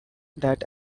that